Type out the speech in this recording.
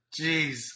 jeez